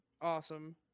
awesome